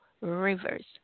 rivers